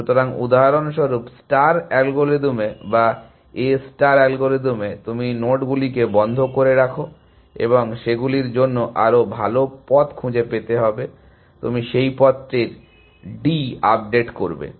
সুতরাং উদাহরণস্বরূপ স্টার অ্যালগরিদমে বা A স্টার অ্যালগরিদমে তুমি নোডগুলিকে বদ্ধ করে রাখো এবং সেগুলির জন্য আরও ভাল পথ খুঁজে পেতে হবে তুমি সেই পথটি d আপডেট করবে